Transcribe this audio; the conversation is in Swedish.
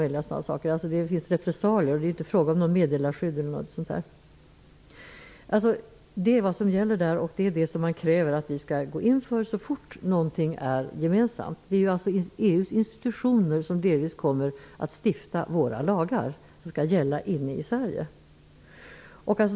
Det är alltså frågaom viss repressalie och inte fråga om något meddelarskydd eller liknande. Detta är vad som gäller där och som man kräver att vi skall gå in för så fort någonting är gemensamt. Det blir alltså EU:s institutioner som kommer att stifta de lagar som skall gälla i Sverige.